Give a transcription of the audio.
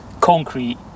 concrete